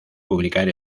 publicar